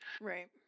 right